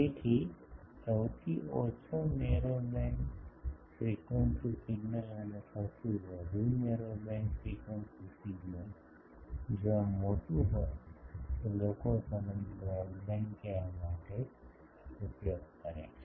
તેથી સૌથી ઓછો નેરો બેન્ડ ફ્રીક્વન્સી સિગ્નલ અને સૌથી વધુ નેરો બેન્ડ ફ્રીક્વન્સી સિગ્નલ જો આ મોટું હોય તો લોકો તેને બ્રોડબેન્ડ કહેવા માટે ઉપયોગ કરે છે